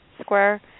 Square